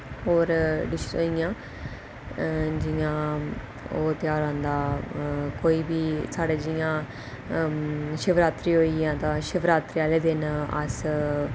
होर डिशिज होई गेइयां जि'यां ओह् ध्यार आंदा कोई बी साढ़ै जि'यां शिवरात्री होई आ शिवरात्री आह्ले दिन अस